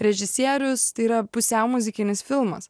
režisierius tai yra pusiau muzikinis filmas